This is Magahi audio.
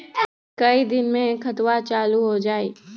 कई दिन मे खतबा चालु हो जाई?